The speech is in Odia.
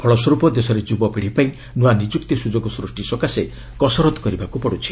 ଫଳସ୍ୱରୂପ ଦେଶରେ ଯୁବପିଢ଼ିପାଇଁ ନୂଆ ନିଯୁକ୍ତି ସୁଯୋଗ ସୃଷ୍ଟି ସକାଶେ କସରତ କରିବାକ୍ତ ପଡ୍ରୁଛି